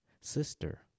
sister